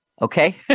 Okay